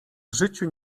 życiu